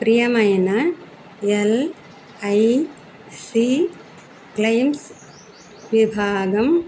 ప్రియమైన LIC claims విభాగం